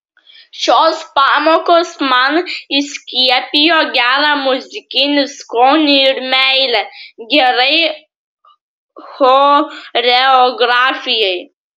šios pamokos man įskiepijo gerą muzikinį skonį ir meilę gerai choreografijai